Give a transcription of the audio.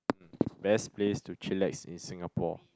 best place to chillax in Singapore